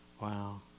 Wow